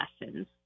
lessons